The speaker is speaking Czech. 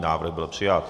Návrh byl přijat.